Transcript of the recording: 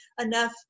enough